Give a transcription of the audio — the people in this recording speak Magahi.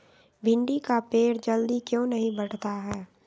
भिंडी का पेड़ जल्दी क्यों नहीं बढ़ता हैं?